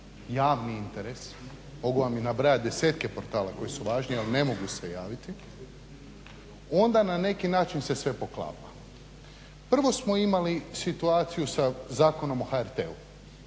javni interes mogu vam nabrajati desetke portala koji su važni a ne mogu se javiti, onda na neki način se sve poklapa. Prvo smo imali situaciju sa Zakonom o HRT-u.